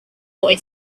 boy